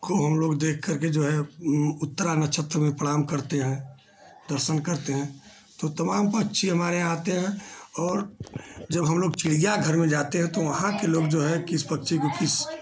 को हमलोग देख करके जो है उत्तरा नक्षत्र में प्रणाम करते हैं दर्शन करते हैं तो तमाम पक्षी हमारे यहाँ आते हैं और जब हमलोग चिड़ियाघर में जाते हैं तो वहाँ के लोग जो है किस पक्षी को किस